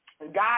God